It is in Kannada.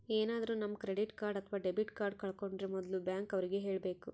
ಏನಾದ್ರೂ ನಮ್ ಕ್ರೆಡಿಟ್ ಕಾರ್ಡ್ ಅಥವಾ ಡೆಬಿಟ್ ಕಾರ್ಡ್ ಕಳ್ಕೊಂಡ್ರೆ ಮೊದ್ಲು ಬ್ಯಾಂಕ್ ಅವ್ರಿಗೆ ಹೇಳ್ಬೇಕು